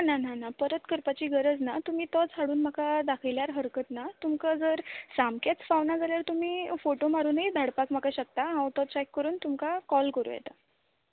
ना ना ना परत करपाची गरज ना तुमी तोच हाडून म्हाका दाखयल्यार हरकत ना तुमका जर सामकेंच जमना जाल्यार तुमी फोटो मारुनूय म्हाका धाडपाक शकता हांव तो चेक करून तुमकां काॅल करूं येता